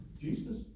Jesus